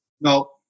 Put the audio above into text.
No